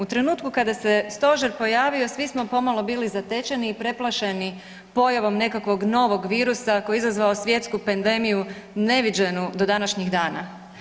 U trenutku kada se stožer pojavio svi smo pomalo bili zatečeni i preplašeni pojavom nekakvog novog virusa koji je izazvao svjetsku pandemiju neviđenu do današnjih dana.